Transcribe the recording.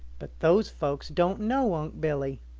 but those folks don't know unc' billy.